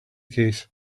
case